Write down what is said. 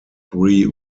three